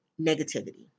negativity